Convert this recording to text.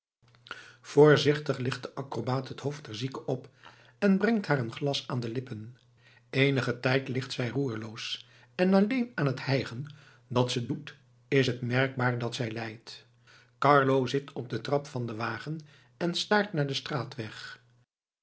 voorzichtig licht de acrobaat het hoofd der zieke op en brengt haar een glas aan de lippen eenigen tijd ligt zij roerloos en alleen aan het hijgen dat ze doet is het merkbaar dat zij lijdt carlo zit op de trap van den wagen en staart naar den straatweg